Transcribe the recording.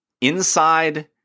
Inside